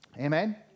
Amen